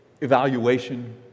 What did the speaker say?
evaluation